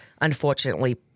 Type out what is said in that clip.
unfortunately